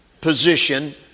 position